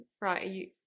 Right